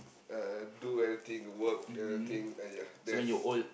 uh do anything work anything ya that's